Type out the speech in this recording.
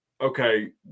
okay